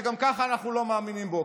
שגם ככה אנחנו לא מאמינים בו,